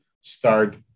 start